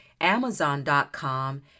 Amazon.com